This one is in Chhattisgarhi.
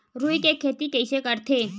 रुई के खेती कइसे करथे?